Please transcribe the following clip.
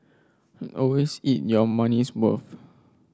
always eat your money's worth